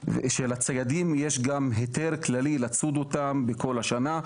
שלציידים יש גם היתר כללי לצוד אותם בכל שנה.